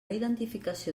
identificació